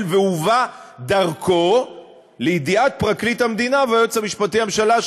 והובא דרכו לידיעת פרקליט המדינה והיועץ המשפטי לממשלה,